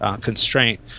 constraint